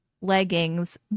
leggings